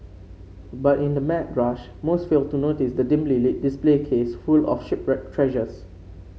but in the mad rush most fail to notice the dimly lit display case full of shipwreck treasures